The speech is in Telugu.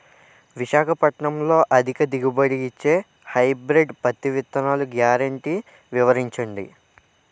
విశాఖపట్నంలో అధిక దిగుబడి ఇచ్చే హైబ్రిడ్ పత్తి విత్తనాలు గ్యారంటీ వివరించండి?